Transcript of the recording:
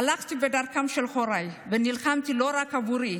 הלכתי בדרכם של הוריי ונלחמתי לא רק עבורי,